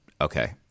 Okay